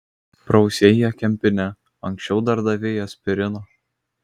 prausei ją kempine anksčiau dar davei aspirino